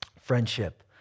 friendship